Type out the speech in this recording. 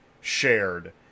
shared